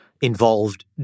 involved